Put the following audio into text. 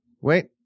Wait